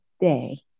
day